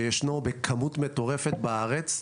שישנו בכמות מטורפת בארץ,